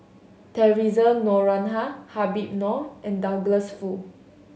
Theresa Noronha Habib Noh and Douglas Foo